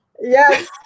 Yes